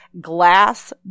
glass